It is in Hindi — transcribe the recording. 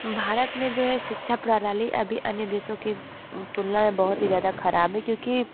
भारत में जो है शिक्षा प्रणाली अभी अन्य देशों के तुलना में बहुत ही ज़्यादा ख़राब है क्योंकि